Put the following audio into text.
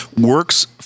works